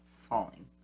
falling